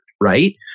right